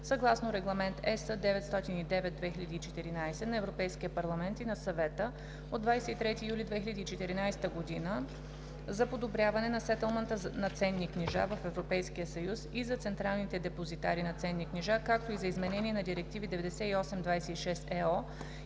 съгласно Регламент (ЕС) № 909/2014 на Европейския парламент и на Съвета от 23 юли 2014 година за подобряване на сетълмента на ценни книжа в Европейския съюз и за централните депозитари на ценни книжа, както и за изменение на директиви 98/26/ЕО